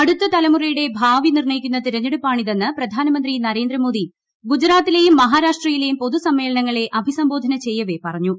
അടുത്ത തലമുറയുടെ ഭാവി നിർണ്ണയിക്കുന്ന തിരഞ്ഞെടുപ്പാണിതെന്ന് പ്രധാനമന്ത്രി നരേന്ദ്ര മോദി ഗുജറാത്തിലേയും മഹാരാഷ്ട്രയിലേയും പൊതുസമ്മേളനങ്ങളെ അഭിസംബോധന ചെയ്യവെ പറഞ്ഞു